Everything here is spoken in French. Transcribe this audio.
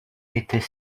était